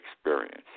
experience